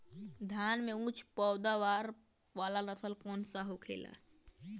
धान में उच्च पैदावार वाला नस्ल कौन सा होखेला?